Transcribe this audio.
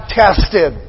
tested